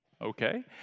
okay